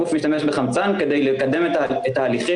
הגוף משתמש בחמצן כדי לקדם את ההליכים